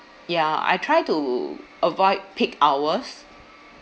ya I try to avoid peak hours